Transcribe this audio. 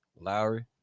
Lowry